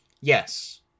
yes